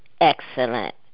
excellent